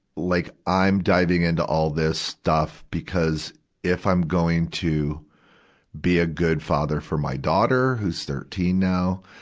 like i'm diving into all this stuff because if i'm going to be a good father for my daughter who's thirteen now,